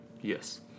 Yes